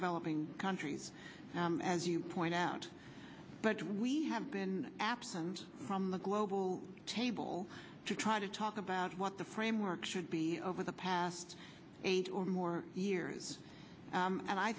developing countries as you point out but we have been absent from the global table to try to talk about what the framework should be over the past eight or more years and i